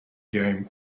game